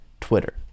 Twitter